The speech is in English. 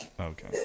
Okay